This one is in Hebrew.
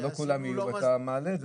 אבל לא כולם יהיו, ואתה מעלה את זה.